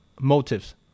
motives